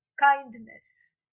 kindness